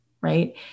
Right